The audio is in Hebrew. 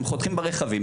הם חותכים ברכבים,